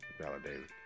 validated